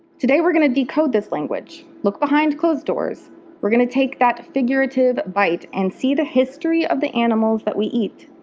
today we're going to decode this language, look behind closed doors we're going to take that figurative bite and see the history of the animals we eat.